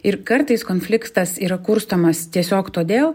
ir kartais konfliktas yra kurstomas tiesiog todėl